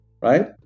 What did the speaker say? right